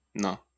No